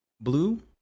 Blue